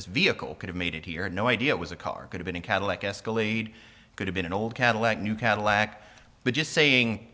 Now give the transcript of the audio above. this vehicle could have made it here no idea it was a car could have been a cadillac escalated it could have been an old cadillac new cadillac but just saying